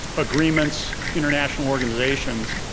agreements, international organizations.